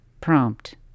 prompt